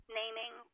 naming